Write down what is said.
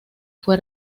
fue